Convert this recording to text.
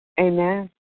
Amen